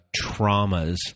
traumas